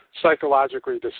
psychologically